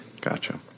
Gotcha